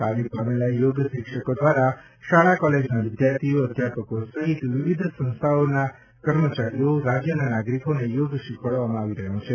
તાલીમ પામેલા યોગ શિક્ષકો દ્વારા શાળા કોલેજના વિદ્યાર્થીઓ શિક્ષકો સહિત વિવિધ સંસ્થાઓના કર્મચારીઓને રાજ્યના નાગરિકો યોગ શીખવાડવામાં આવી રહ્યો છે